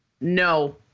No